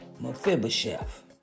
Mephibosheth